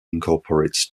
incorporates